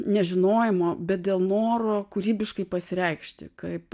nežinojimo bet dėl noro kūrybiškai pasireikšti kaip